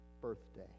birthday